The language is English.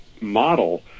model